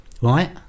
right